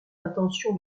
intention